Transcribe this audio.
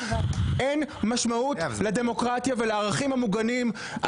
אין משמעות לדמוקרטיה ולערכים המוגנים.